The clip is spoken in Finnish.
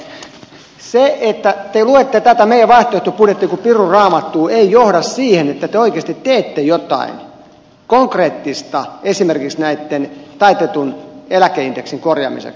mutta se että te luette tätä meidän vaihtoehtobudjettiamme kuin piru raamattua ei johda siihen että te oikeasti teette jotain konkreettista esimerkiksi taitetun eläkeindeksin korjaamiseksi